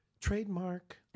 Trademark